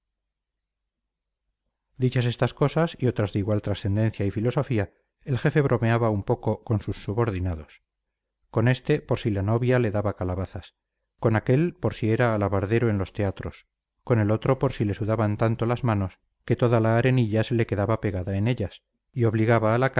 dichas estas cosas y otras de igual transcendencia y filosofía el jefe bromeaba un poco con sus subordinados con éste por si la novia le daba calabazas con aquél por si era alabardero en los teatros con el otro por si le sudaban tanto las manos que toda la arenilla se le quedaba pegada en ellas y obligaba a la